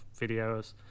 videos